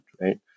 Right